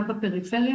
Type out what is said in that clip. גם בפריפריה,